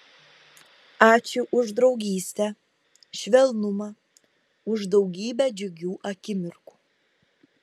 ačiū už draugystę švelnumą už daugybę džiugių akimirkų